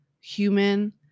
human